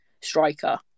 striker